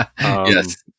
yes